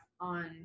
on